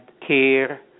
care